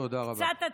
תודה רבה.